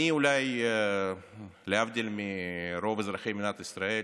אולי להבדיל מרוב אזרחי מדינת ישראל,